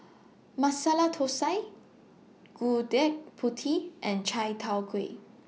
Masala Thosai Gudeg Putih and Chai Tow Kway